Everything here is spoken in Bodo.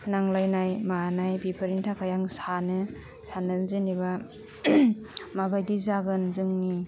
नांलायनाय मानाय बिफोरनि थाखाय आं सानो साननानै जेनेबा माबायदि जागोन जोंनि